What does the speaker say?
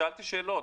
שאלתי שאלות.